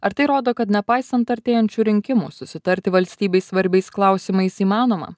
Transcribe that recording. ar tai rodo kad nepaisant artėjančių rinkimų susitarti valstybei svarbiais klausimais įmanoma